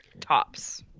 tops